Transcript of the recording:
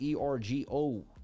ergo